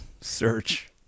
search